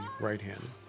right-handed